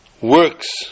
works